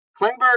Klingberg